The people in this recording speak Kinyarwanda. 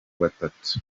batatu